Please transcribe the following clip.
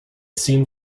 seemed